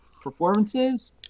performances